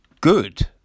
good